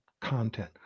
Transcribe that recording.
content